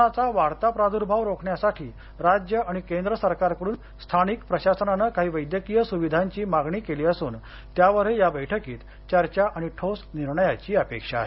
कोरोनाचा वाढता प्रादुर्भाव रोखण्यासाठी राज्य आणि केंद्र सरकारकडून स्थानिक प्रशासनानं काही वैद्यकीय सुविधांची मागणी केली असून त्यावरही या बैठकीत चर्चा आणि ठोस निर्णयाची अपेक्षा आहे